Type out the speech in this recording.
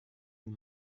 nur